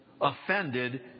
offended